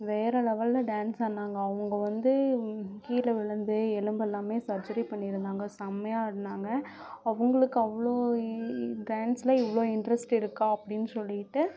வேற லெவலில் டான்ஸ் ஆடுனாங்க அவங்க வந்து கீழ விழுந்து எலும்பெல்லாமே சர்ஜரி பண்ணிருந்தாங்க செம்மையாக ஆடுனாங்க அவங்களுக்கு அவ்வளோ இ டான்ஸில் இவ்வளோ இன்ட்ரெஸ்ட் இருக்கா அப்படின்னு சொல்லிவிட்டு